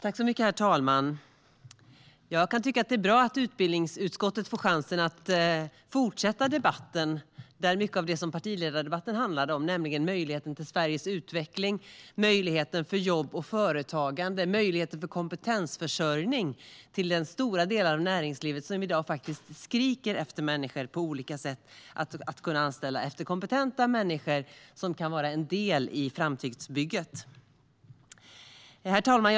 Herr talman! Jag kan tycka att det är bra att utbildningsutskottet får chansen att fortsätta att debattera mycket av det som partiledardebatten handlade om, nämligen möjligheten till Sveriges utveckling, möjligheten för jobb och företagande och möjligheten till kompetensförsörjning för den stora del av näringslivet som i dag skriker efter människor att anställa - kompetenta människor som kan vara en del i framtidsbygget. Herr talman!